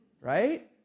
right